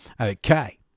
Okay